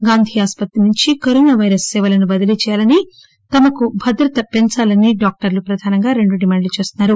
గాంధీ ఆసుపత్రి నుంచి corona virus సేవలను బదిలీ చేయాలని తమకు భద్రత వ్యవస్థ పెంచాలని డాక్టర్లు ప్రధానంగా రెండు డిమాండ్లు చేస్తున్నారు